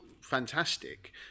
fantastic